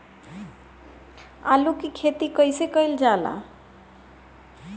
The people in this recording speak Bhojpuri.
आलू की खेती कइसे कइल जाला?